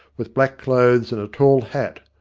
with black clothes and tall hat,